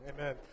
Amen